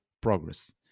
progress